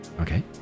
okay